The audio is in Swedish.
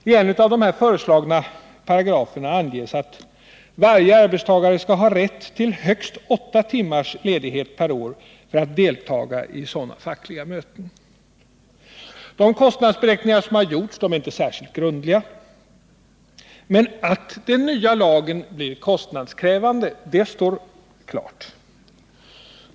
I en av de föreslagna paragraferna anges att varje arbetstagare skall ha rätt till högst åtta timmars ledighet per år för att delta i sådana fackliga möten. De kostnadsberäkningar som har gjorts är inte särskilt grundliga. Men att den nya lagen blir kostnadskrävande står klart.